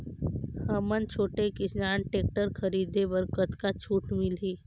हमन छोटे किसान टेक्टर खरीदे बर कतका छूट मिलही?